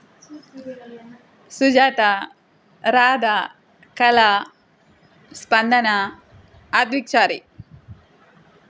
Sujatha Radha Kala Spandana అద్విక్చారీ